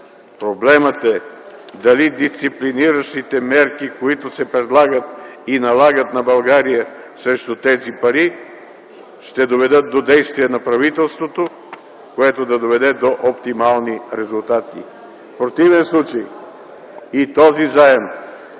проблемът е дали дисциплиниращите мерки, които се предлагат и налагат на България срещу тези пари, ще доведат до действия на правителството, което да доведе до оптимални резултати. В противен случай и този заем